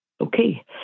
Okay